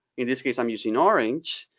in this case i'm using orange,